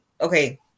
okay